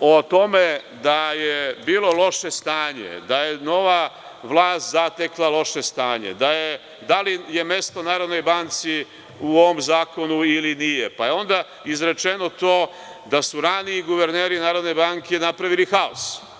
o tome da je bilo loše stanje, da je nova vlast zatekla loše stanje, da li je mesto Narodnoj banci u ovom zakonu ili nije, pa je onda izrečeno to da su raniji guverneri Narodne banke napravili haos.